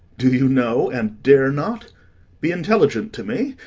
do you know, and dare not be intelligent to me?